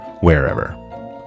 Wherever